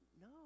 no